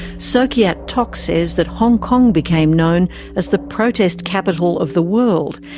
sow keat tok says that hong kong became known as the protest capital of the world,